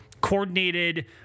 coordinated